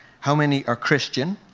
how many are christian,